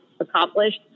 accomplished